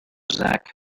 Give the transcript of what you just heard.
zach